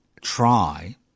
try